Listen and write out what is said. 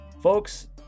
folks